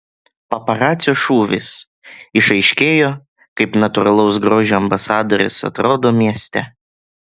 paparacio šūvis išaiškėjo kaip natūralaus grožio ambasadorės atrodo mieste